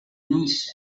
niça